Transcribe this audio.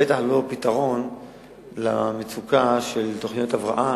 בטח לא פתרון למצוקה של תוכניות הבראה,